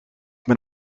met